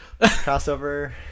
crossover